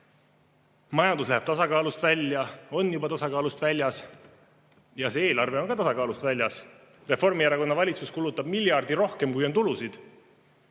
Majandus läheb tasakaalust välja, on juba tasakaalust väljas ja see eelarve on ka tasakaalust väljas. Reformierakonna valitsus kulutab miljardi rohkem, kui on tulusid. Aga